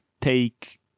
take